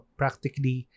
practically